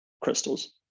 crystals